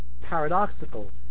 paradoxical